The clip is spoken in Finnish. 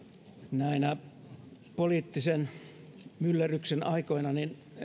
näinä poliittisen myllerryksen aikoina